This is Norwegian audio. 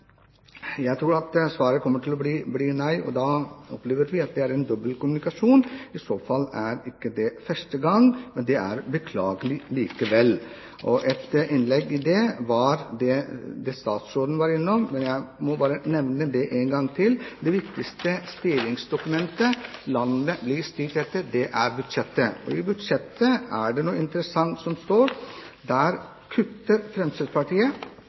Jeg tror svaret kommer til å bli nei. Da opplever vi at det er dobbeltkommunikasjon. I så fall er ikke det første gang, men det er beklagelig likevel. Så til noe statsråden tidligere har sagt, og som jeg også vil nevne. Det viktigste styringsdokumentet landet blir styrt etter, er budsjettet. I budsjettet står det noe interessant. Der kutter Fremskrittspartiet